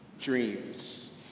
dreams